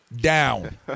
down